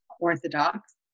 orthodox